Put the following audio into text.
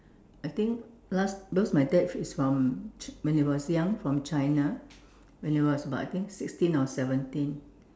I think last because my dad is from ch~ when he was young was from China when he was about I think sixteen or seventeen